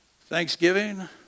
Thanksgiving